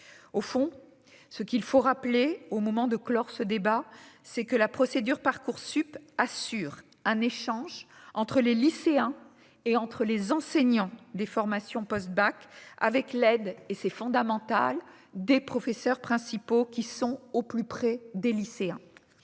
au fond, ce qu'il faut rappeler au moment de clore ce débat, c'est que la procédure Parcoursup assure un échange entre les lycéens et entre les enseignants des formations post-bac avec l'aide, et c'est fondamental des professeurs principaux qui sont au plus près des lycéens,